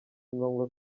ngombwa